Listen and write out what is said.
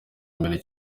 mbere